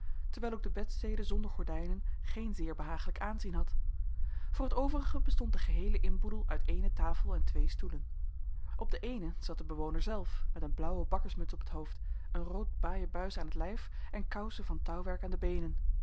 terwijl ook de bedstede zonder gordijnen geen zeer behaaglijk aanzien had voor t overige bestond de geheele inboedel uit eene tafel en twee stoelen op den eenen zat de bewoner zelf met een blauwe bakkersmuts op het hoofd een rood baaien buis aan t lijf en kousen van touwwerk aan de beenen